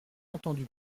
entendu